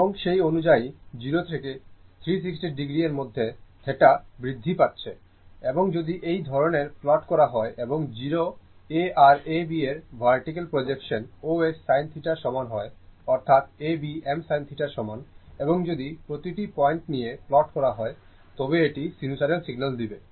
এবং সেই অনুযায়ী 0 থেকে 360o এর মধ্যে θ বৃদ্ধি পাচ্ছে এবং যদি এই ধরনের প্লট করা হয় এবং O A আর A B এর ভার্টিকাল প্রজেকশন os sin θ এর সমান হয় অর্থাৎ A B m sin θ এর সমান এবং যদি প্রতিটি পয়েন্ট নিয়ে প্লট করা হয় তবে এটি সিনুসয়েডাল সিগন্যাল দিবে